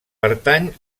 pertany